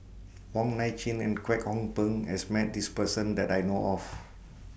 Wong Nai Chin and Kwek Hong Png has Met This Person that I know of